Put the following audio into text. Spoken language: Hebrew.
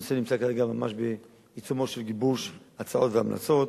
הנושא נמצא כרגע ממש בעיצומו של גיבוש הצעות והמלצות,